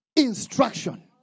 Instruction